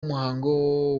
muhango